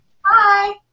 Hi